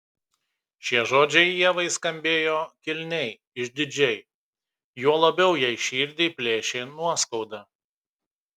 šie žodžiai ievai skambėjo kilniai išdidžiai juo labiau jai širdį plėšė nuoskauda